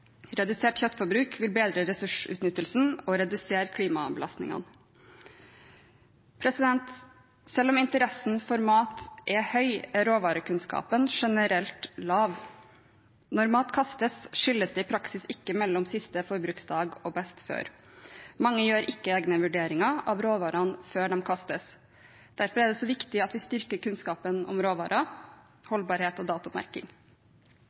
Redusert kjøttforbruk vil bedre ressursutnyttelsen og redusere klimabelastningene. Selv om interessen for mat er stor, er råvarekunnskapen generelt liten. Når mat kastes, skilles det i praksis ikke mellom «Siste forbruksdag» og «Best før». Mange gjør ikke egne vurderinger av råvarene før de kastes. Derfor er det viktig at vi styrker kunnskapen om råvarer, holdbarhet og datomerking.